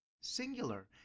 singular